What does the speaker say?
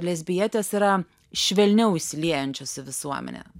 lesbietės yra švelniau įsiliejančios į visuomenę